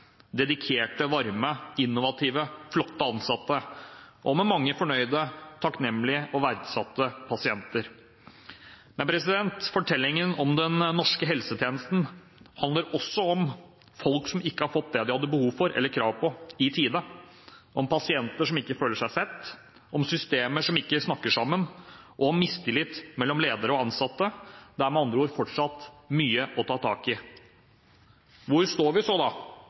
dedikerte, varme, innovative og flotte ansatte og med mange fornøyde, takknemlige og verdsatte pasienter. Fortellingen om den norske helsetjenesten handler også om folk som ikke har fått det de hadde behov for eller krav på, i tide, om pasienter som ikke føler seg sett, om systemer som ikke snakker sammen, og om mistillit mellom ledere og ansatte. Det er med andre ord fortsatt mye å ta tak i. Hvor står vi så,